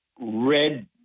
red